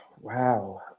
Wow